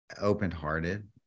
open-hearted